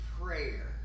Prayer